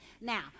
now